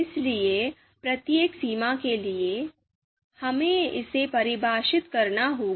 इसलिए प्रत्येक सीमा के लिए हमें इसे परिभाषित करना होगा